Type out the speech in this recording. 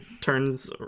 turns